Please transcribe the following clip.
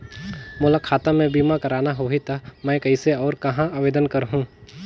मोला खाता मे बीमा करना होहि ता मैं कइसे और कहां आवेदन करहूं?